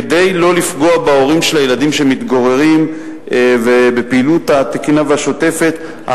כדי שלא לפגוע בהורים של הילדים שמתגוררים שם ובפעילות התקינה והשוטפת,